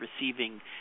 receiving